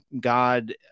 God